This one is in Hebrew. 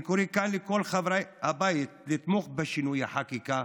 אני קורא כאן לכל חברי הבית לתמוך בשינוי החקיקה,